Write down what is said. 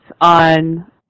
on